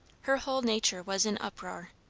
her whole nature was in uproar.